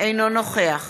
אינו נוכח